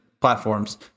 platforms